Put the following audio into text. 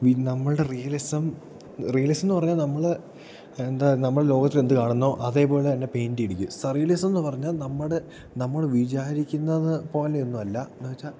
നമ്മളുടെ realism realism എന്ന് പറഞ്ഞാൽ നമ്മൾ എന്താ നമ്മുടെ ലോകത്തിൽ എന്ത് കാണുന്നോ അതേപോലെത്തന്നെ പെയിൻറ്റ ഇയിരിക്കും സറിയലിസം എന്ന് പറഞ്ഞാൽ നമ്മുടെ നമ്മൾ വിചാരിക്കുന്നത് പോലെ ഒന്നുമല്ല എന്ന് വെച്ചാൽ